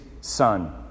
son